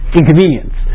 inconvenience